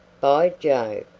by jove,